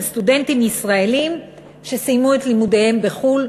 סטודנטים ישראלים שסיימו את לימודיהם בחו"ל,